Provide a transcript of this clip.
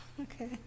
okay